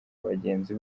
bagenzi